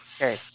Okay